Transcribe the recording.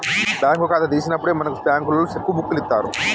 bank ఖాతా తీసినప్పుడే మనకు బంకులోల్లు సెక్కు బుక్కులిత్తరు